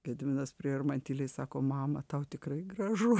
gediminas priėjo ir man tyliai sako mama tau tikrai gražu